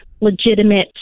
legitimate